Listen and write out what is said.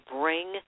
bring